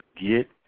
Get